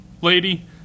Lady